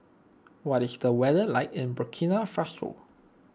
what is the weather like in Burkina Faso